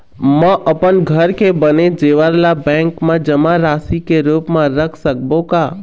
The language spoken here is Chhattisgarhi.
म अपन घर के बने जेवर ला बैंक म जमा राशि के रूप म रख सकबो का?